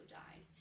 died